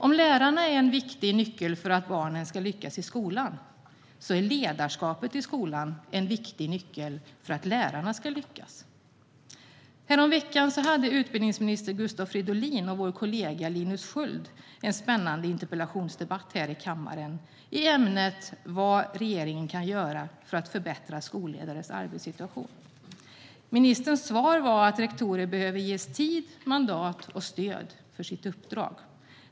Om lärarna är en viktig nyckel för att barnen ska lyckas i skolan så är ledarskapet i skolan en viktig nyckel för att lärarna ska lyckas. Häromveckan hade utbildningsminister Gustav Fridolin och vår kollega Linus Sköld en spännande interpellationsdebatt här i kammaren i ämnet vad regeringen kan göra för att förbättra skolledares arbetssituation. Ministerns svar var att rektorerna behöver ges tid, mandat och stöd för sitt uppdrag.